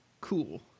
Cool